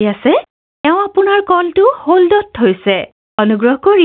তেওঁ আপোনাৰ কলটো হ'ল্ডত থৈছে অনুগ্ৰহ কৰি